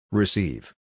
receive